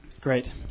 Great